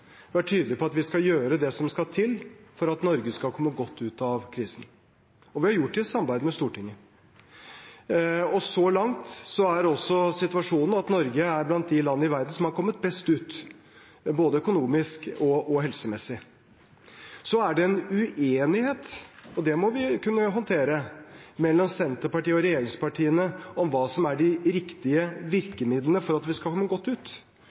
på at vi skal gjøre det som skal til for at Norge skal komme godt ut av krisen. Og vi har gjort det i samarbeid med Stortinget. Så langt er også situasjonen at Norge er blant de land i verden som har kommet best ut, både økonomisk og helsemessig. Så er det en uenighet, og det må vi kunne håndtere, mellom Senterpartiet og regjeringspartiene om hva som er de riktige virkemidlene for at vi skal komme godt ut.